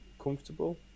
comfortable